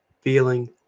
feeling